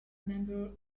member